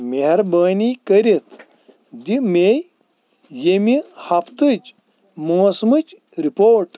مہربٲنی کٔرِتھ دِ مےٚ ییٚمہِ ہفتٕچ موسمٕچ ریورٹ